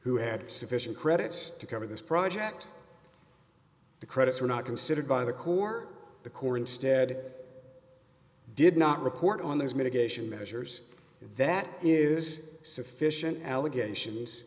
who had sufficient credits to cover this project the credits were not considered by the court the corps instead did not report on those mitigation measures that is sufficient allegations